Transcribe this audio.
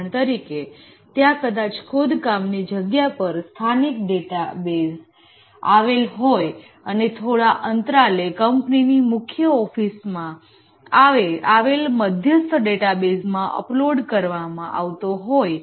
ઉદાહરણ તરીકે ત્યાં કદાચ ખોદકામની જગ્યા પર સ્થાનિક ડેટાબેઝ આવેલ હોય અને થોડા અંતરાલે કંપનીની મુખ્ય ઓફિસ માં આવેલ મધ્યસ્થ ડેટાબેઝમાં અપલોડ કરવામાં આવતો હોય